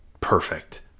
perfect